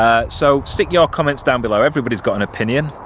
um so stick your comments down below everybody's got an opinion,